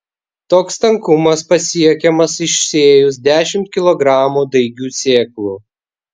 toks tankumas pasiekiamas išsėjus dešimt kilogramų daigių sėklų